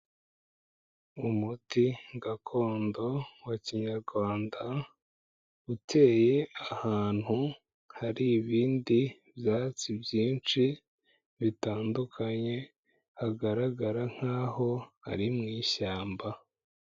Umuti gakondo wa kinyarwanda uteye ahantu hari ibindi byatsi byinshi bitandukanye hagaragara nk'aho ari mu ishyamba.